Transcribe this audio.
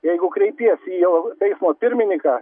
jeigu kreipiesi į jau teismo pirmininką